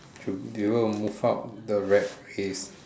should even move up the right pace